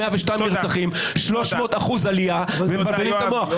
102 נרצחים, 300% עלייה, ומבלבלים את המוח.